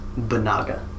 Banaga